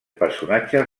personatges